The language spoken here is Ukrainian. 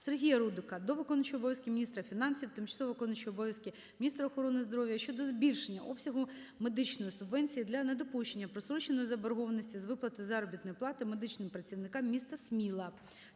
Сергія Рудика до виконувача обов'язків міністра фінансів, тимчасово виконуючої обов'язки міністра охорони здоров'я щодо збільшення обсягу медичної субвенції для недопущення простроченої заборгованості з виплати заробітної плати медичним працівникам міста Сміла